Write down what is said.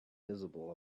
visible